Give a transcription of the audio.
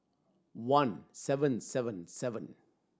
one seven seven seven